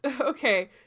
okay